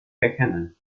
erkennen